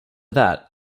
that